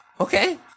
Okay